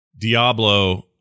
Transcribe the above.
Diablo